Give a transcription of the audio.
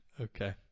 Okay